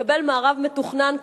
מקבל מארב מתוכנן,